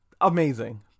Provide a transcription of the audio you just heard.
Amazing